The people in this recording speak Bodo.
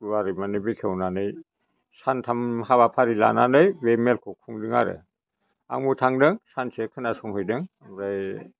गुवारै बेखेवनानै सानथाम हाबा फारि लानानै बे मेलखौ खुंदों आरो आंबो थांदों सानसे खोनासंहैदों ओमफ्राय